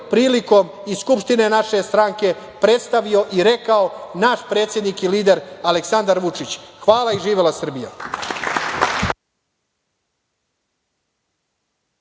prilikom skupštine naše stranke i rekao naš predsednik i lider Aleksandar Vučić. Hvala. Živela Srbija.